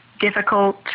difficult